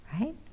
right